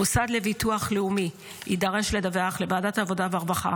המוסד לביטוח לאומי יידרש לדווח לוועדת העבודה והרווחה